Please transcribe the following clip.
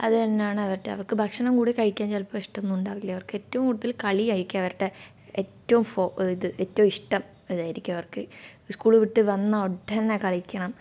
അതു തന്നെയാണ് അവരുടെ അവർക്ക് ഭക്ഷണം കൂടി കഴിക്കാൻ ചിലപ്പോൾ ഇഷ്ടം ഒന്നും ഉണ്ടാവില്ല അവർക്ക് എറ്റവും കൂടുതൽ കളി ആയിരിക്കും അവരുടെ എറ്റവും ഇത് എറ്റവും ഇഷ്ടം അതായിരിക്കും അവർക്ക് സ്കൂൾ വിട്ട് വന്ന ഉടനെ കളിക്കണം